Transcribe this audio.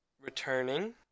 returning